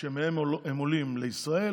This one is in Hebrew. שמהן הם עולים לישראל,